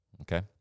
Okay